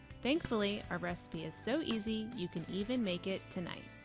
thankfully, our recipe is so easy, you can even make it tonight!